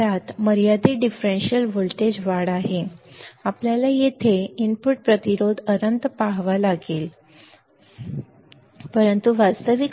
त्यात मर्यादित differential voltage वाढ आहे आपल्याला येथे इनपुट प्रतिरोध अनंत पहावा लागेल आपण येथे बरोबर पाहू शकता